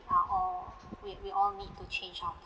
are all we we all need to change our